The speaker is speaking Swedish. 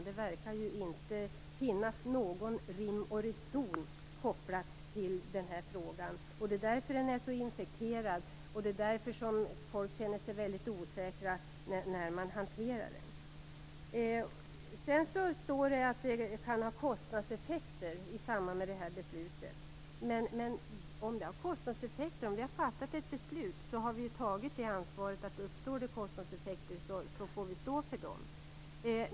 Det verkar inte finnas någon rim och reson kopplad till den här frågan. Det är därför den är så infekterad. Det är därför som människor känner sig mycket osäkra när man hanterar den. Sedan står det att det här beslutet kan få kostnadseffekter. Men om vi har fattat ett beslut har vi ju tagit ansvaret för att om det uppstår kostnadseffekter får vi stå för dem.